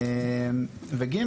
שלישית,